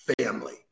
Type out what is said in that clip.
family